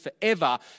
forever